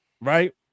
right